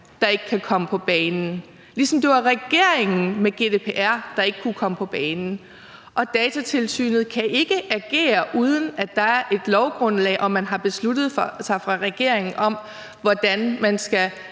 der ikke kan komme på banen – ligesom det var regeringen, der ikke kunne komme på banen med GDPR. Og Datatilsynet kan ikke agere, uden at der er et lovgrundlag og man har besluttet fra regeringens side, hvordan man skal